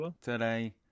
today